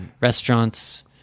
restaurants